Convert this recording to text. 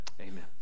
Amen